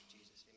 Jesus